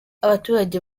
abaturage